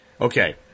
Okay